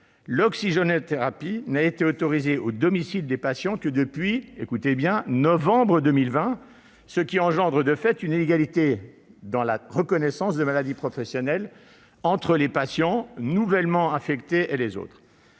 l'oxygénothérapie n'a été autorisée au domicile des patients qu'à partir de novembre 2020, ce qui entraîne de fait une inégalité dans la reconnaissance de maladie professionnelle entre les patients nouvellement infectés et les autres.